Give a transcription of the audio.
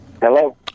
Hello